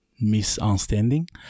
Misunderstanding